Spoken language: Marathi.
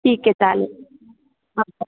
ठीक आहे चालेल हां चा